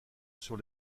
sur